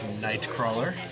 Nightcrawler